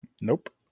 Nope